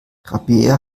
rabea